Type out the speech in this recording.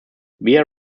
via